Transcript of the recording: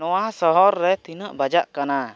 ᱱᱚᱣᱟ ᱥᱚᱦᱚᱨᱨᱮ ᱛᱤᱱᱟᱹᱜ ᱵᱟᱡᱟᱜ ᱠᱟᱱᱟ